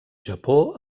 japó